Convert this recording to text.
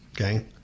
okay